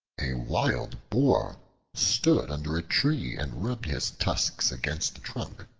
a wild boar stood under a tree and rubbed his tusks against the trunk.